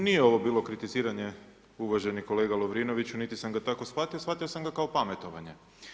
Nije ovo bilo kritiziranje, uvaženi kolega Lovrinoviću, niti sam ga tako shvatio, shvatio sam ga kao pametovanje.